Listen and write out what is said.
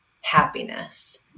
happiness